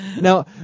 Now